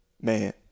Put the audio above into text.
man